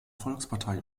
volkspartei